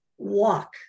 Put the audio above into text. Walk